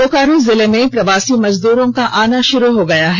बोकारो जिले में प्रवासी मजदूरों का आना षुरू हो गया है